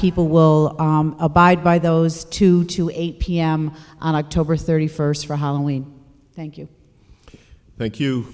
people will abide by those two to eight p m on october thirty first for hollowing thank you thank you